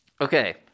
Okay